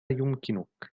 يمكنك